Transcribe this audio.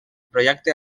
projecte